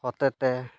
ᱦᱚᱛᱮ ᱛᱮ